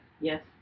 yes